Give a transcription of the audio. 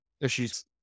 issues